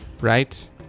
right